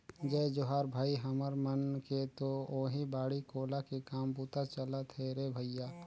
जय जोहार भाई, हमर मन के तो ओहीं बाड़ी कोला के काम बूता चलत हे रे भइया